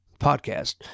podcast